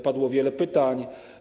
Padło wiele pytań.